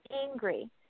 angry